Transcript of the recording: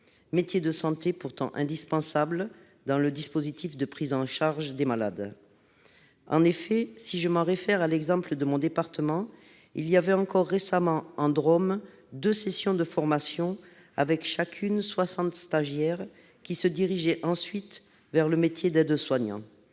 métier de santé pourtant indispensable dans le dispositif de prise en charge des malades. « En effet, si je me réfère à l'exemple de mon département, il y avait encore récemment en Drôme deux sessions de formation, avec chacune 60 stagiaires qui se dirigeaient ensuite vers le métier d'aide-soignant.